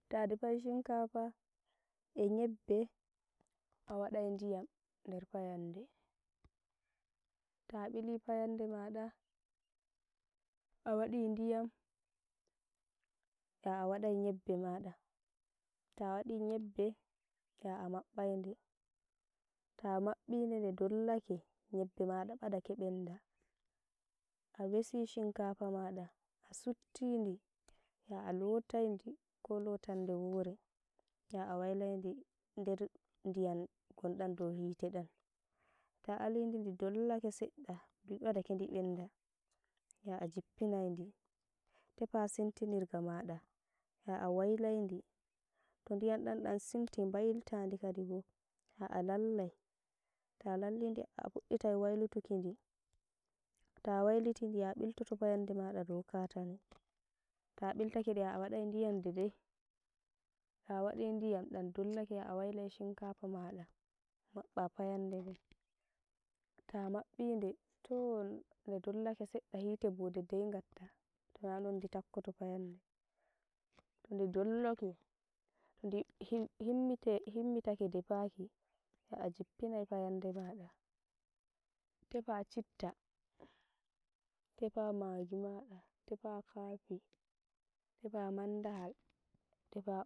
To defai shinkafa e nyeɓɓe a waɗai ndiyam nder fayande, ta bili fayande maɗa, a waɗi ndiyam ya a waɗai nyeɓɓe maɗa, ta waɗi nyeɓɓe nyeɓɓe maɗa badake benda a wese shinkafa maɗa, a suttiɗi ya alootai ndi ko lotande wore, ya awailai ndi nder ya a jippinai ndi tefa sintinirgo maɗa, ya awailadi. to ndiyam ɗam dani sinti nbailata ndi kaɗibo yo a lallai, to lalli ndi ya a fudditai wai luki ndi, ta wailiti ndi, ya a biltoto fayande mada dow katane. Ta biltake nde ya a waɗai ndiyam dedai, ta waɗi ndiyam dan dollake ya awailai shinkafa maɗa mabba fayande nde, ta mabbide toon nde dollake seɗɗa hite bo dedai, ngatta, tananon ndi takkoto fayande, toned dollake, ndi himmite himmiti defaki, ya ajippinai ayande maɗa, tefa citta, tefa magi, maɗa, tefa kafi, tefa mandahal, tefa.